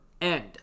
end